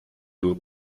nur